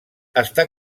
està